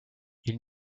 ils